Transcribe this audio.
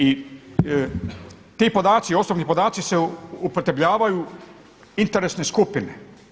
I ti podaci, osobni podaci se upotrebljavaju interesne skupine.